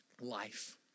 life